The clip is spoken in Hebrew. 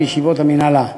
התשע"ד 2014, לקריאה ראשונה.